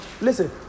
Listen